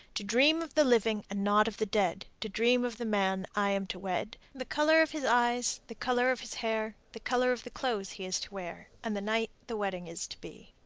to dream of the living and not of the dead, to dream of the man i am to wed, the color of his eyes, the color of his hair, the color of the clothes he is to wear, and the night the wedding is to be.